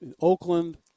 Oakland